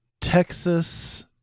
Texas